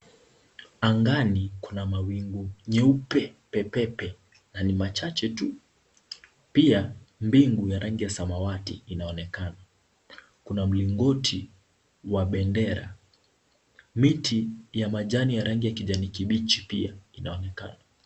Angani kuna mawingu, nyeupe pepepe, na ni machache tu. Pia mbingu ya rangi ya samawati inaonekana. Kuna mlingoti, wa bendera, miti ya majani ya rangi ya kijani kibichi pia inaonekana.